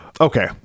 Okay